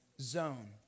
zone